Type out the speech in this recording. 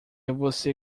você